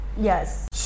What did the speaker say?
Yes